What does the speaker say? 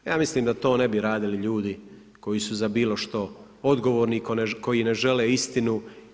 Ja mislim da to ne bi radili ljudi koji su za bilo što odgovorni i koji ne žele istinu.